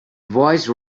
voice